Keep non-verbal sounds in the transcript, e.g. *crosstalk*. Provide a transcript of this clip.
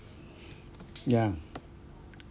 *breath* ya